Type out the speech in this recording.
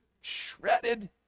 shredded